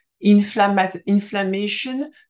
inflammation